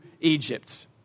Egypt